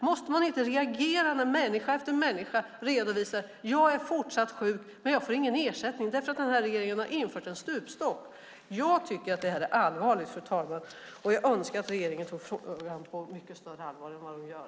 Måste man inte reagera när människa efter människa redovisar: Jag är fortsatt sjuk, men jag får ingen ersättning därför att regeringen har infört en stupstock. Jag tycker att det här är allvarligt, fru talman, och jag önskar att regeringen tog frågan på mycket större allvar än vad den gör.